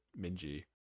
Minji